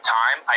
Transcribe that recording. time